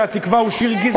סביר?